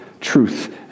truth